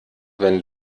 wenn